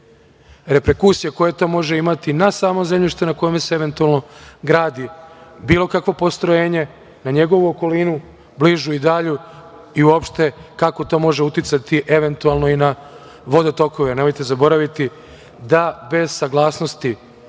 reperkusija koje to može imati na samo zemljište na kome se eventualno gradi bilo kakvo postrojenje, na njegovu okolinu, bližu i dalju, i uopšte kako to može uticati eventualno i na vodotokove. Nemojte zaboraviti da bez saglasnosti